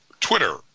Twitter